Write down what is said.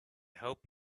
hope